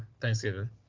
Thanksgiving